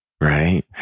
right